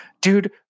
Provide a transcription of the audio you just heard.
Dude